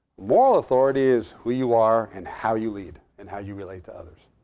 moral authority is who you are, and how you lead, and how you relate to others.